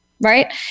right